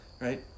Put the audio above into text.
right